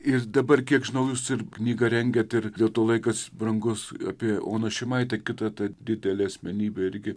ir dabar kiek žinau jūs ir knygą rengiat ir dėl to laikas brangus apie oną šimaitę kita ta didelė asmenybė irgi